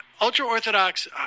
ultra-Orthodox